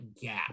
gap